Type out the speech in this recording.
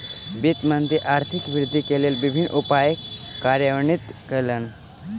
वित्त मंत्री आर्थिक वृद्धि के लेल विभिन्न उपाय कार्यान्वित कयलैन